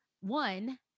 one